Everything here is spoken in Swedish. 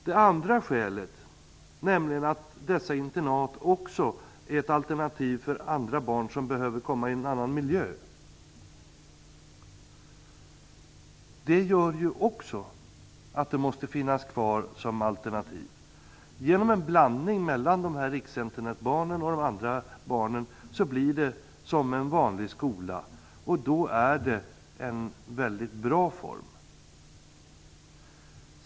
Det andra skälet, nämligen att dessa internat också är ett alternativ för barn som behöver komma till en annan miljö, gör också att riksinternaten måste finnas kvar som alternativ. Genom en blandning mellan riksinternatbarnen och de andra barnen blir det som på en vanlig skola, och då är det en väldigt bra form.